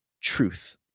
truth